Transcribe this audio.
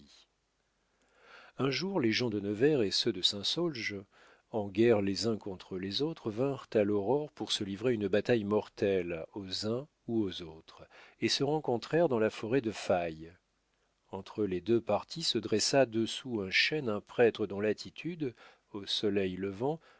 un jour les gens de nevers et ceux de saint saulge en guerre les uns contre les autres vinrent à l'aurore pour se livrer une bataille mortelle aux uns ou aux autres et se rencontrèrent dans la forêt de faye entre les deux partis se dressa de dessous un chêne un prêtre dont l'attitude au soleil levant